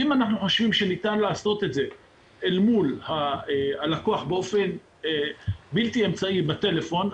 אם אנחנו חושבים שניתן לעשות זאת מול הלקוח באופן בלתי אמצעי בטלפון,